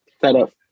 setup